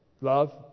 Love